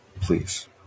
Please